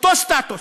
אותו סטטוס.